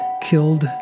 killed